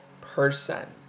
person